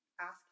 Ask